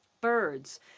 birds